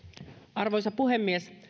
arvoisa puhemies